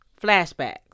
flashbacks